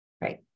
Right